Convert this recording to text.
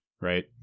right